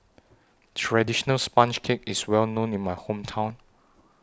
Traditional Sponge Cake IS Well known in My Hometown